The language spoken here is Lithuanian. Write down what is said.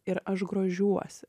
ir aš grožiuosi